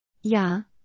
Ja